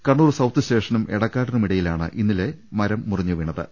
Kannur south സ്റ്റേഷനും എടക്കാ ടിനുമിടയിലാണ് ഇന്നലെ മരം മുറിഞ്ഞ് വീണത്